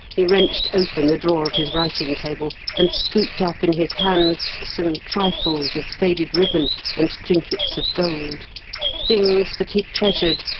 he wrenched open the drawer of his writing-table, and scooped up in his hands some trifles of faded ribbon and trinkets of gold things that he treasured,